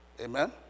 Amen